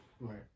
Right